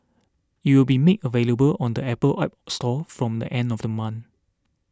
it will be made available on the Apple App Store from the end of the month